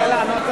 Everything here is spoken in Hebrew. אני רוצה לענות,